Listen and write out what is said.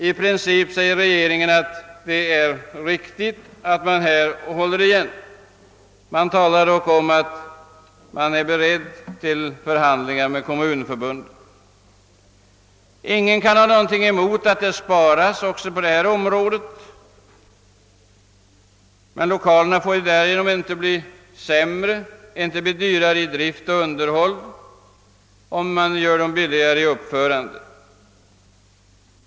I princip säger regeringen att det är riktigt att på den punkten hålla igen. Man talar vidare om att man är beredd till förhandlingar med kommunförbunden. Ingen kan ha någonting emot att det sparas också på detta område, men lokalerna får inte bli sämre eller dyrare i drift och underhåll om man gör dem billigare att uppföra.